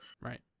right